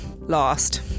lost